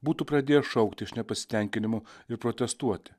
būtų pradėjęs šaukti iš nepasitenkinimo ir protestuoti